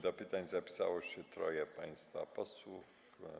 Do pytań zapisało się troje państwa posłów.